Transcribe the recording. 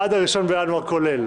עד ה-1 בינואר, כולל.